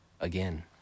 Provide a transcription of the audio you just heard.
again